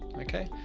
okay?